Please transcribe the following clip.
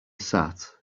sat